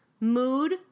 mood